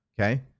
okay